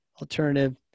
alternative